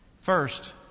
First